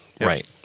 Right